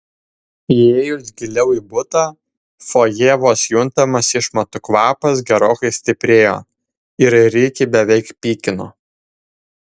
įėjus giliau į butą fojė vos juntamas išmatų kvapas gerokai stiprėjo ir rikį beveik pykino